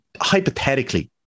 Hypothetically